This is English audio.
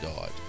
died